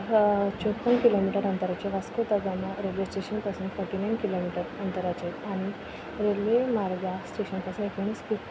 चौपन किलोमिटर अंतराचेर Vasco da Gama railway station पासून फॉर्टी णायन किलोमिटर अंतराचेर आनी रेल्वे मार्गा स्टेशन पासून एकोणीस